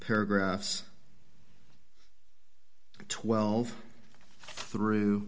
paragraphs twelve through